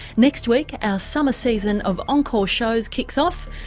next week our summer season of encore shows kicks off.